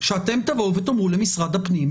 שאתם תבואו ותאמרו למשרד הפנים,